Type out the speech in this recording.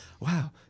wow